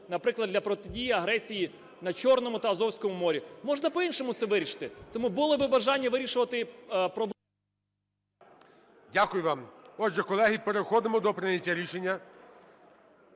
наприклад, для протидії агресії на Чорному та Азовському морях. Можна по-іншому це вирішити. Тому було б бажання вирішувати… ГОЛОВУЮЧИЙ. Дякую вам. Отже, колеги, переходимо до прийняття рішення.